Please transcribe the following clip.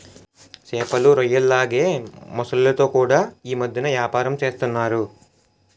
సేపలు, రొయ్యల్లాగే మొసల్లతో కూడా యీ మద్దెన ఏపారం సేస్తన్నారు